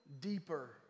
deeper